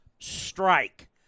Strike